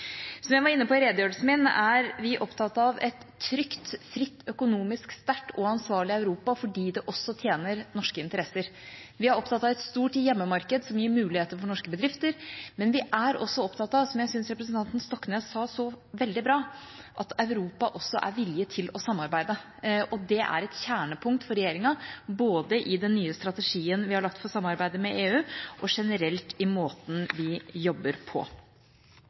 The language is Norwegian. Som jeg var inne på i redegjørelsen min, er vi opptatt av et trygt, fritt, økonomisk sterkt og ansvarlig Europa, fordi det også tjener norske interesser. Vi er opptatt av et stort hjemmemarked, som gir muligheter for norske bedrifter, men vi er også opptatt av – som jeg syns representanten Stoknes sa så veldig bra – at Europa også er villig til å samarbeide. Det er et kjernepunkt for regjeringa både i den nye strategien vi har lagt for samarbeidet med EU, og generelt i måten vi jobber på.